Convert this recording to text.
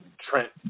Trent